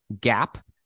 gap